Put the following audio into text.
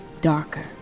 darker